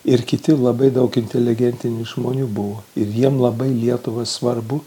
ir kiti labai daug inteligentinių žmonių buvo ir jiems labai lietuva svarbu